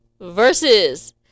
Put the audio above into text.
Versus